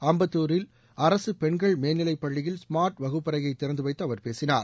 அம்பத்தாரில் அரசு பெண்கள் மேல்நிலைப் பள்ளியில் ஸ்மாாட் வகுப்பறையை திறந்துவைத்து அவா பேசினார்